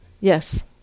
yes